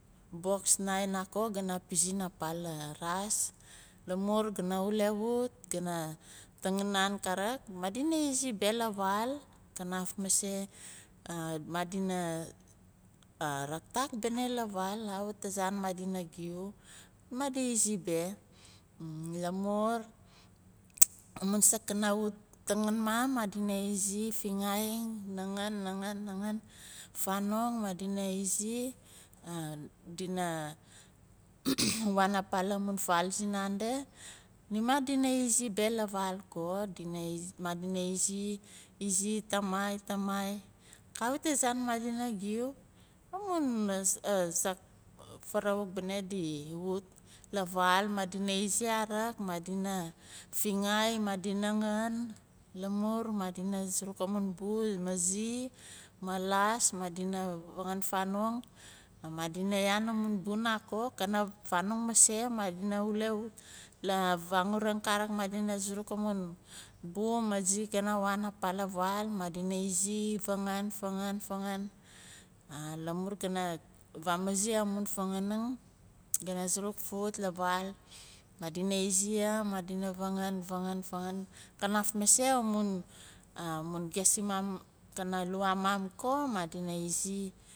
Box assnai gana pizin apa laraas lamon gana wulewut gana tangin nan karik madina izi beh la vaal kanaf mase madina raktak bene la vaal azzan madina giu madi izi beh lamur amun saak gana wut tangin maar madina izi fingaai nangaan, nangaan, nangaan fanong madina izi dina waan apa la mun vaal sinandi nima dina izi beh la vaal ko dina madina izi izi tamai, tamai kawit azaan madina giu amun saak farawuk bene di wut la vaal madina izi karik madina fingaai madi nangaan lamun madina suruk amun bu ma zi ma laas madina vangaan fanong madina yaan amun bu nako kana vanong mase madina wulewut la vangguring madina suruk amun bu ma zi gana waan apa la vaal madina izi fangan, fangan, fangan lamur gana vamazi amun fanganing kana suruk fawut la vaal madina izi yah madina vangan. vangan kanaf mase amun guest simaan kana luwa maam ko madina izi.